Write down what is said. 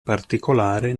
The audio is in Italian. particolare